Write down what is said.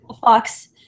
Fox